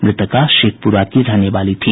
मृतका शेखपुरा की रहने वाली थी